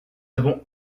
avons